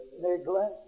Neglect